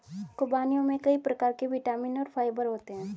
ख़ुबानियों में कई प्रकार के विटामिन और फाइबर होते हैं